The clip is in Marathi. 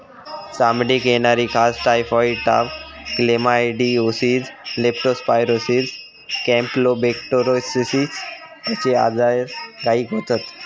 चामडीक येणारी खाज, टायफॉइड ताप, क्लेमायडीओसिस, लेप्टो स्पायरोसिस, कॅम्पलोबेक्टोरोसिस अश्ये आजार गायीक जातत